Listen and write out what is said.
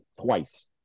twice